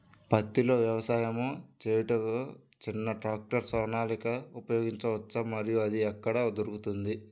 పత్తిలో వ్యవసాయము చేయుటకు చిన్న ట్రాక్టర్ సోనాలిక ఉపయోగించవచ్చా మరియు అది ఎక్కడ దొరుకుతుంది?